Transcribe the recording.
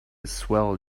swell